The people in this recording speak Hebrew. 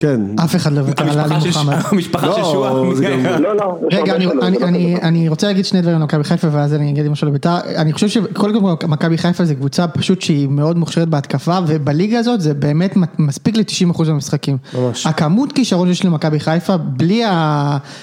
כן. אף אחד לא בטח עלה למוחמד. המשפחה של שועה מוזכרת כאן. לא, לא. רגע, אני רוצה להגיד שני דברים על מכבי חיפה, ואז אני אגיד משהו על בית״ר. אני חושב שבכל דבר מכבי חיפה זה קבוצה פשוט שהיא מאוד מוכשרת בהתקפה, ובליגה הזאת זה באמת מספיק ל-90% המשחקים. ממש. הכמות כישרון שיש למכבי חיפה בלי ה...